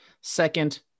second